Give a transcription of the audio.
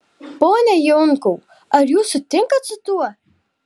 pone jonkau ar jūs sutinkat su tuo